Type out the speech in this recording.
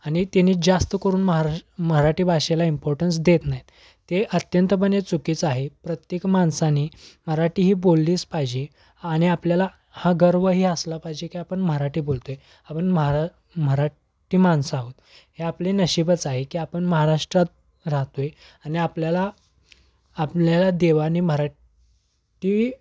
आणि त्यानी जास्त करून महारा मराठी भाषेला इम्पॉर्टन्स देत नाहीत ते अत्यंतपणे चुकीचं आहे प्रत्येक माणसाने मराठी ही बोललीच पाहिजे आणि आपल्याला हा गर्व ही असला पाहिजे की आपण मराठी बोलतो आहे आपण महारा मराठी माणसं आहोत हे आपले नशीबच आहे की आपण महाराष्ट्रात राहतो आहे आणि आपल्याला आपल्याला देवाने मराठी